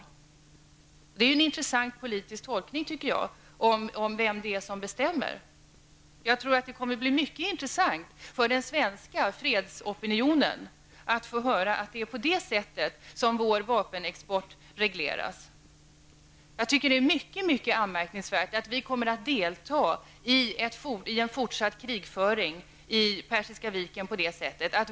Jag tycker att det är en intressant politisk tolkning om vem det är som bestämmer. Det kommer att bli mycket intressant för den svenska fredsopinionen att få höra att det är på det sättet som vår vapenexport regleras. Det är mycket anmärkningsvärt att vi kommer att delta i en fortsatt krigföring i Persiska viken.